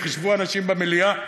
איך ישבו אנשים במליאה,